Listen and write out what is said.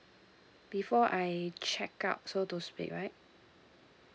before I check out right